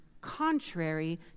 contrary